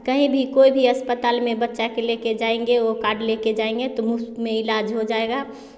कहीं भी कोई भी अस्पताल में बच्चा के लेके जाएँगे वो कार्ड लेके जाएँगे तो मुफ़्त में इलाज में हो जाएगा